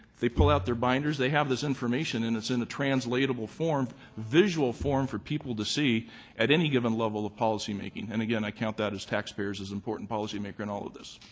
they pull out their binders. they have this information and it's in a translatable form visual form for people to see at any given level of policymaking. and again i count that as taxpayers is important policymaker in all of this.